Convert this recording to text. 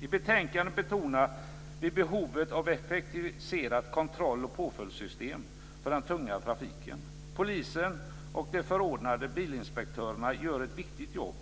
I betänkandet betonar vi behovet av ett effektiviserat kontroll och påföljdssystem för den tunga trafiken. Polisen och de förordnade bilinspektörerna gör ett viktigt jobb